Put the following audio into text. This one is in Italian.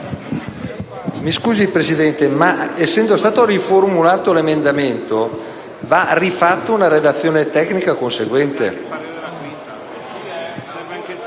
Signor Presidente, essendo stato riformulato l’emendamento, va presentata una relazione tecnica conseguente.